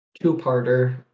two-parter